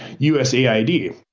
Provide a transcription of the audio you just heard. USAID